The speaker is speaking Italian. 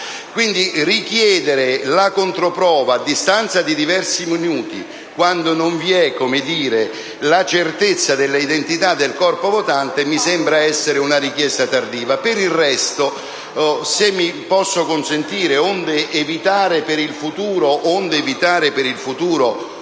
richiedere la controprova a distanza di diversi minuti, quando non vi è la certezza dell'identità del corpo votante, mi sembra essere una richiesta tardiva. Per il resto, se me lo consente, onde evitare per il futuro ulteriori incidenti